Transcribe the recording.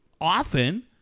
often